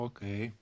Okay